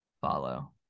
follow